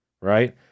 right